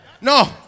No